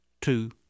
two